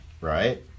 right